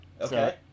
Okay